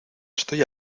estoy